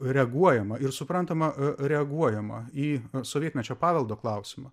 reaguojama ir suprantama reaguojama į sovietmečio paveldo klausimą